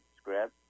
script